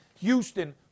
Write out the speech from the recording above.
Houston